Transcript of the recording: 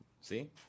See